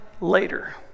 later